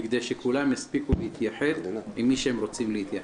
כדי שכולם יספיקו להתייחד עם מי שהם רוצים להתייחד.